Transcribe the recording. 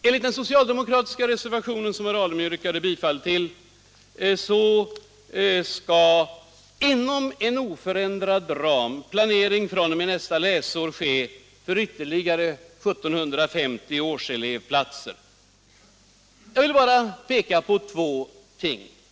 Enligt den socialdemokratiska reservationen, som herr Alemyr yrkade bifall till, skall inom en oförändrad ram planering fr.o.m. nästa läsår ske för ytterligare 1750 årselevplatser. Jag vill då bara peka på två ting.